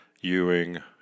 Ewing